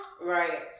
Right